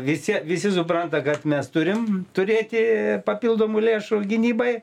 visi visi supranta kad mes turim turėti papildomų lėšų gynybai